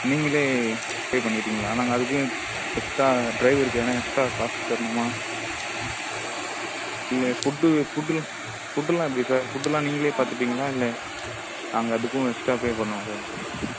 நீங்களே பே பண்ணி விட்டிங்களா நாங்கள் அதுக்கு எக்ஸ்ட்ரா டிரைவருக்கு எதனா எக்ஸ்ட்ரா காசு தரணுமா இல்லை ஃபுட்டு ஃபுட்டுலாம் ஃபுட்டுலாம் எப்படி சார் ஃபுட்டுலாம் நீங்களே பார்த்துப்பீங்களா இல்லை நாங்கள் அதுக்கும் எக்ஸ்ட்ரா பே பண்ணுமா சார்